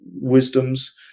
wisdoms